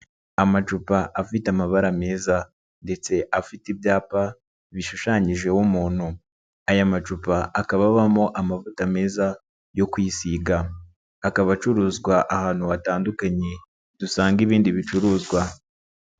Amacupa afite amabara meza ndetse afite ibyapa bishushanyijeho umuntu, aya macupa akaba abamo amavuta meza yo kwisiga, akaba acuruzwa ahantu hatandukanye dusanga ibindi bicuruzwa.